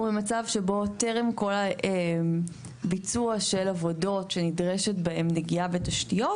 הוא במצע שבו טרם ביצוע של עבודות שנדרשת בהם נגיעה בתשתיות,